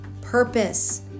purpose